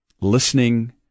listening